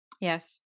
yes